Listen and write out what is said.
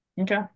Okay